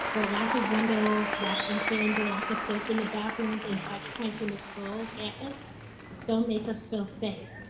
the lack of windows that open, the lack of soap in the bathrooms and touch points in the school campus don't make us feel safe.